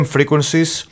Frequencies